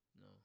No